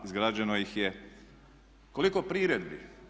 Izgrađeno ih je, koliko priredbi?